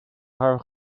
haar